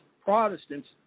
Protestants